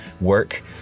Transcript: work